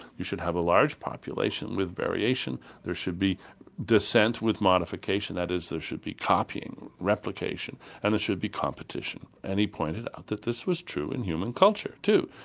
you should have a large population with variation, there should be dissent with modification, that is, there should be copying, replication, and there should be competition. and he pointed out that this was true in human culture too.